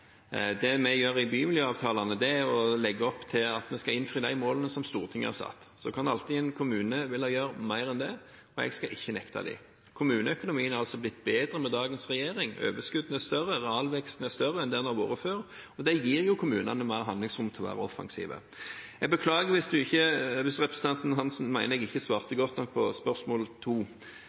Det vi gjør i bymiljøavtalene, er å legge opp til at vi skal innfri de målene som Stortinget har satt. En kommune vil alltid kunne gjøre mer enn det, jeg skal ikke nekte dem det. Kommuneøkonomien har blitt bedre med dagens regjering. Overskuddene er større. Realveksten er større enn den har vært før. Det gir kommunene mer handlingsrom til å være offensive. Jeg beklager hvis representanten Hansson mener jeg ikke svarte godt nok på spørsmål